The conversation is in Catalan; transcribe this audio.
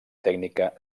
tècnica